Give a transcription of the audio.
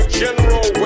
general